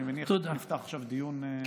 אני מניח שנפתח עכשיו דיון.